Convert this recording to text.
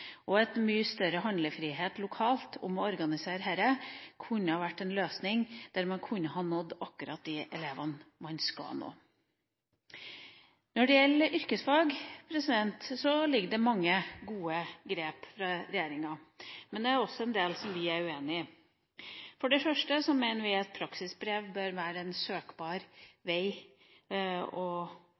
og at mye større handlefrihet lokalt til å organisere dette, kunne vært en løsning der man kunne ha nådd akkurat de elevene man skal nå. Når det gjelder yrkesfag, ligger det mange gode grep fra regjeringa, men det er også en del som vi er uenig i. For det første mener vi at praksisbrev bør være en søkbar vei å